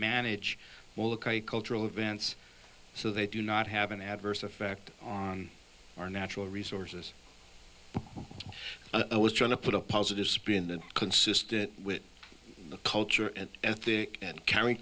manage well look i cultural events so they do not have an adverse effect on our natural resources i was trying to put a positive spin and consistent with the culture and ethic and carrying